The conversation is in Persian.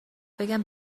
بگم